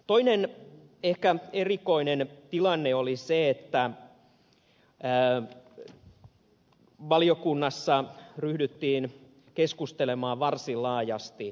toinen ehkä erikoinen tilanne oli se että valiokunnassa ryhdyttiin keskustelemaan varsin laajasti mielikuvamainonnasta